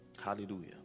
Hallelujah